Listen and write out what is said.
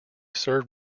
sir